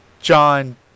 John